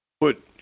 put